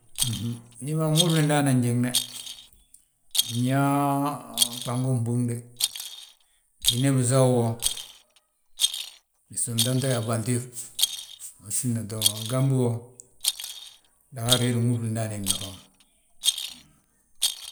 Ñi ma nwúfli ndaani a njiŋne, nyaa gbango gbúŋ de: jine bisaw wo, biso ntante afantir, bsin be ntoo bo, gambi wo, dagaar héde nwúfli ndaani hedi ma fan.